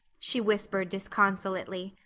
she whispered disconsolately.